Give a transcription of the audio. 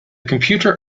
computer